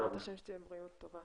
בעזרת ה' שתהיה בריאות טובה.